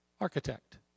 architect